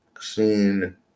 seen